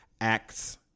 acts